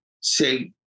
say